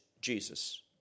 Jesus